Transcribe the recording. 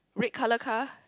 red colour car